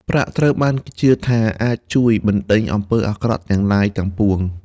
ប្រាក់ត្រូវបានគេជឿថាអាចជួយបណ្តេញអំពើអាក្រក់ទាំងឡាយ ទាំងពួង។